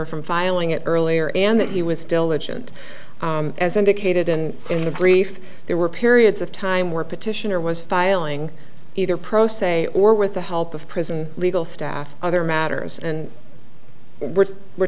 or from filing it earlier and that he was diligent as indicated and in a brief there were periods of time where petitioner was filing either pro se or with the help of prison legal staff other matters and we're